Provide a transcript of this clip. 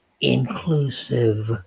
inclusive